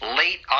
late